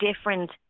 different